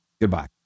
Goodbye